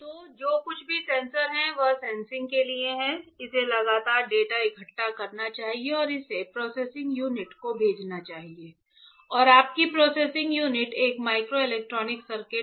तो जो कुछ भी सेंसर है वह सेंसिंग के लिए है इसे लगातार डेटा इकट्ठा करना चाहिए और इसे प्रोसेसिंग यूनिट को भेजना चाहिए और आपकी प्रोसेसिंग यूनिट एक माइक्रो इलेक्ट्रॉनिक सर्किट है